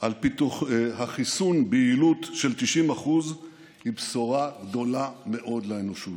על חיסון ביעילות של 90% היא בשורה גדולה מאוד לאנושות.